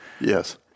yes